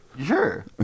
Sure